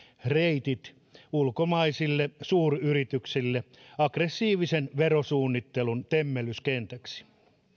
reitit ulkomaisille suuryrityksille aggressiivisen verosuunnittelun temmellyskentäksi